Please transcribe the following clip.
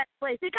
place